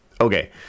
Okay